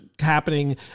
happening